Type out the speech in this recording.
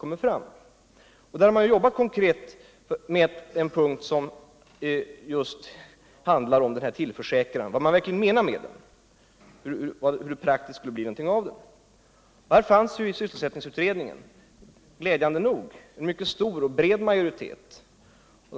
Man har jobbat konkret med en punkt som just handlar om vad man verkligen menar med denna tillförsäkran — hur det praktiskt skall bli något av den. Glädjande nog slöt en stor och bred majoritet upp bakom sysselsättningsutredningens förslag.